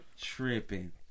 Tripping